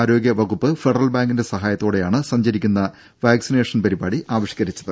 ആരോഗ്യ വകുപ്പ് ഫെഡറൽ ബാങ്കിന്റെ സഹായത്തോടെയാണ് സഞ്ചരിക്കുന്ന വാക്സിനേഷൻ പരിപാടി ആവിഷ്കരിച്ചത്